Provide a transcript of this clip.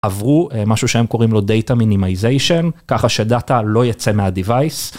עברו משהו שהם קוראים לו data minimization ככה שData לא יצא מה device.